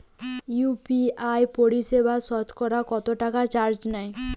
UPI পরিসেবায় সতকরা কতটাকা চার্জ নেয়?